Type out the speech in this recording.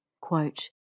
Quote